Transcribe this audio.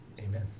Amen